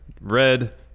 Red